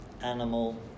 animal